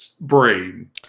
brain